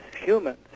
humans